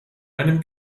einem